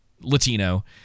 latino